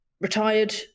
retired